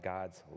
God's